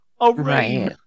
right